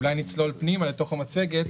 אולי נצלול פנימה לתוך המצגת.